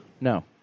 No